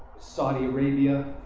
saudi arabia,